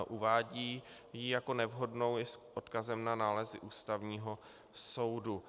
Uvádí ji jako nevhodnou i s odkazem na nálezy Ústavního soudu.